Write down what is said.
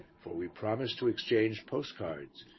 for we promised to exchange postcards,